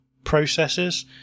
processes